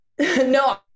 no